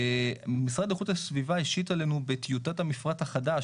המשרד לאיכות הסביבה השית עלינו בטיוטת המפרט החדש